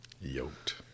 Yoked